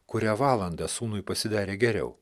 kurią valandą sūnui pasidarė geriau